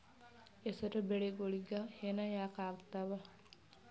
ಹೆಸರು ಬೆಳಿಗೋಳಿಗಿ ಹೆನ ಯಾಕ ಆಗ್ತಾವ?